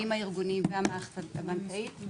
עם הארגונים והמערכת הבנקאית,